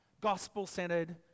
gospel-centered